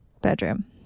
bedroom